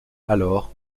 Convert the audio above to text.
alors